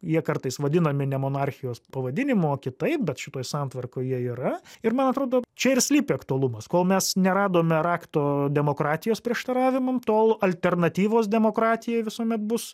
jie kartais vadinami ne monarchijos pavadinimu o kitaip bet šitoj santvarkoj jie yra ir man atrodo čia ir slypi aktualumas kol mes neradome rakto demokratijos prieštaravimam tol alternatyvos demokratijai visuomet bus